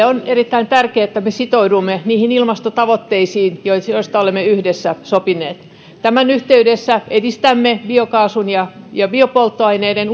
on erittäin tärkeää että me sitoudumme niihin ilmastotavoitteisiin joista joista olemme yhdessä sopineet tämän yhteydessä edistämme biokaasun ja ja biopolttoaineiden